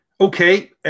Okay